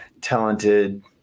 talented